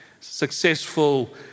successful